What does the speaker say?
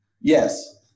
Yes